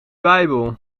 bijbel